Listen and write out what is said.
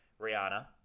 Rihanna